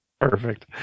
perfect